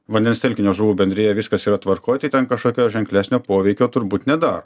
vandens telkinio žuvų bendrija viskas yra tvarkoj tai ten kažkokio ženklesnio poveikio turbūt nedaro